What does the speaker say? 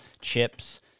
chips